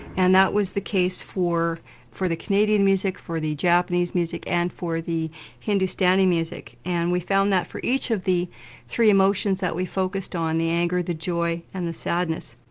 and that was the case for for the canadian music, for the japanese music and for the hindustani music. and we found that for each of the three emotions that we focused on, the anger, the joy and the sadness.